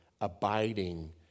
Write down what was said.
abiding